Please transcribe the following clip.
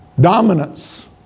Dominance